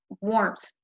warmth